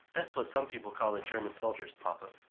that's what some people call the german soldiers, papa.